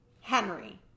Henry